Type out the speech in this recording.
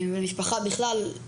ולמשפחה בכלל,